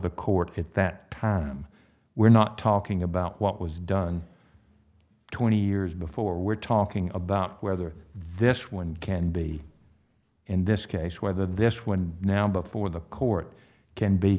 the court at that time we're not talking about what was done twenty years before we're talking about whether this one can be in this case whether this one now before the court can be